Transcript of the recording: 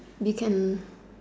we can